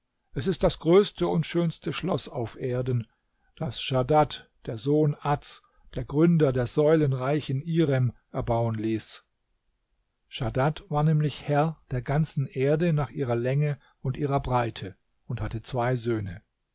es ist das größte und schönste schloß auf erden das schadad der sohn ads der gründer der säulenreichen irem erbauen ließ schadad war nämlich herr der ganzen erde nach ihrer länge und ihrer breite und hatte zwei söhne